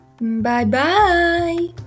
Bye-bye